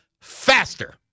faster